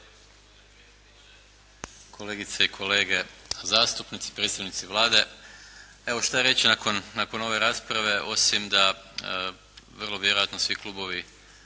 kolegice i kolege zastupnici, predstavnici Vlade. Evo, što reći nakon ove rasprave osim da vrlo vjerojatno svi klubovi